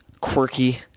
quirky